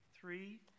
Three